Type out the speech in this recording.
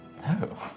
No